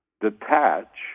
detach